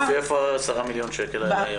איפה ה-10 מיליון שקל האלה?